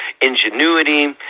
ingenuity